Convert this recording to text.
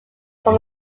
from